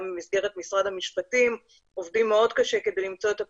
גם במסגרת משרד המשפטים עובדים מאוד קשה כדי למצוא את הפתרונות.